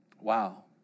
Wow